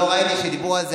לא ראיתי שדיברו על זה,